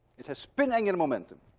it has spin angular momentum.